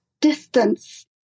distance